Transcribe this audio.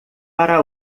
para